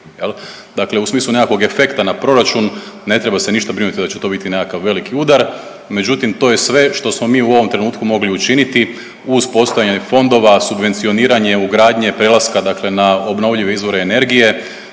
dakle u smislu nekakvog efekta na proračun ne treba se ništa brinuti da će to biti nekakav veliki udar, međutim to je sve što smo mi u ovom trenutku mogli učiniti uz postojanje fondova, subvencioniranje ugradnje prelaska dakle na obnovljive izvore energije